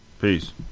Peace